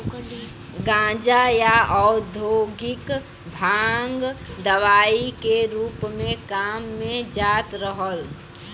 गांजा, या औद्योगिक भांग दवाई के रूप में काम में जात रहल